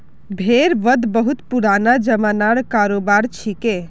भेड़ वध बहुत पुराना ज़मानार करोबार छिके